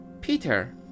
Peter